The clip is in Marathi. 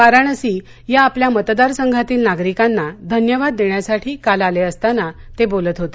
वाराणसी या आपल्या मतदारसंघातील नागरिकांना धन्यवाद देण्यासाठी काल आले असताना ते बोलत होते